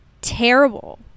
terrible